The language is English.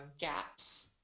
gaps